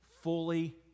fully